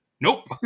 nope